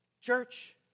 Church